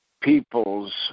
peoples